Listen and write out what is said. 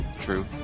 True